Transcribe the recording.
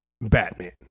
Batman